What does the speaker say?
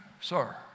sir